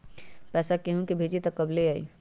पैसा केहु भेजी त कब ले आई?